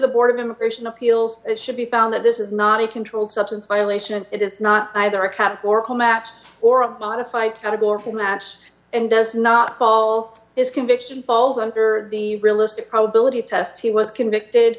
the board of immigration appeals it should be found that this is not a controlled substance violation it is not either a categorical maps or a modified categorical match and does not fall this conviction falls under the realistic probability test he was convicted